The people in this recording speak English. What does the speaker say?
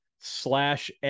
slash